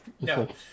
No